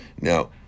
now